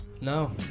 No